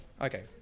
Okay